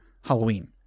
Halloween